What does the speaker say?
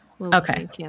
Okay